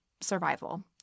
survival